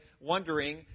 wondering